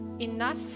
enough